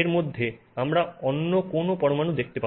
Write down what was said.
এর মধ্যে আমরা অন্য কোন পরমাণু দেখতে পাবো না